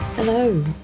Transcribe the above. Hello